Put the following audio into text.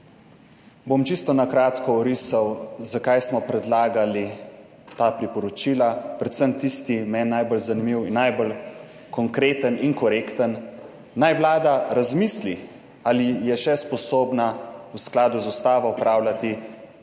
Bom čisto na kratko orisal zakaj smo predlagali ta priporočila, predvsem tisti, meni najbolj zanimiv in najbolj konkreten in korekten, naj Vlada razmisli ali je še sposobna v skladu z Ustavo opravljati to